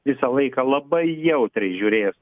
visą laiką labai jautriai žiūrės